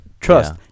trust